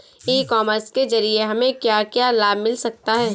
ई commerce के ज़रिए हमें क्या क्या लाभ मिल सकता है?